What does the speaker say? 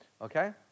okay